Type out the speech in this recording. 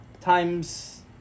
times